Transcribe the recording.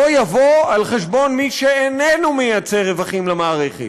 לא יבוא על חשבון מי שאיננו יוצר רווחים למערכת.